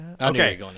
Okay